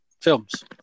films